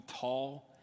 tall